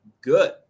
good